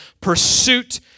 pursuit